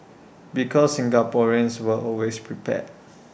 because Singaporeans were always prepared